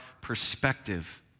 perspective